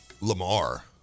Lamar